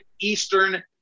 Eastern